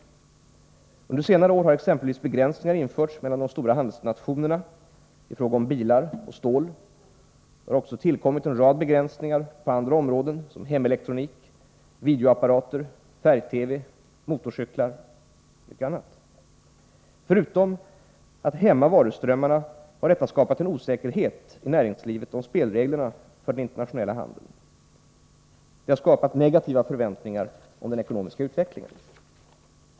Under senare år har exempelvis begränsningar införts mellan de stora handelsnationerna i fråga om bilar och stål. Det har också tillkommit en rad begränsningar på andra områden som hemelektronik, videoapparater, färg-TV, motorcyklar och mycket annat. Förutom att hämma varuströmmarna har detta skapat en osäkerhet i näringslivet om spelreglerna för den internationella handeln. Detta har skapat negativa förväntningar om den ekonomiska utvecklingen.